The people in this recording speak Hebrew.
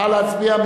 נא להצביע.